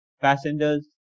passengers